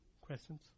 Questions